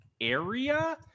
area